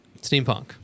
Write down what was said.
steampunk